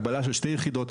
הגבלה של שתי יחידות,